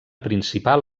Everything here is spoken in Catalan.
principal